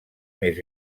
més